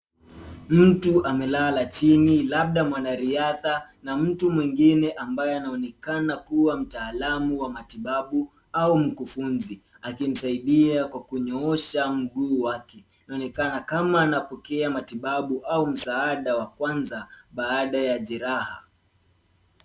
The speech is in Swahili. Mtu amelala chini, labda mwanariadha, na mtu mwingine ambaye anaonekana kua mtaalamu wa matibabu au mkufunzi, akimsadia kwa kunyoosha mguu wake. Inaonekana kama anapokea matibabu au msaada wa kwanza, baada ya jeraha.